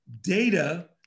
data